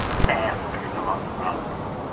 fast during the month of ramadan.